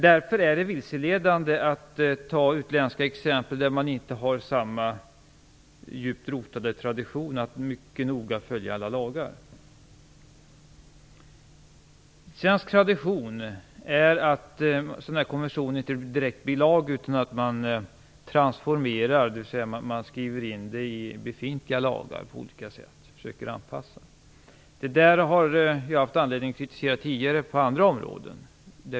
Därför är det vilseledande att ta exempel från andra länder, där man inte har samma djupt rotade traditioner att mycket noga följa alla lagar. Svensk tradition är att sådana konventioner inte direkt blir lag utan att man transformerar, dvs. att man skriver in dem i befintliga lagar på olika sätt och försöker göra anpassningar. Detta har jag haft anledning att kritisera tidigare på andra områden.